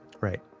Right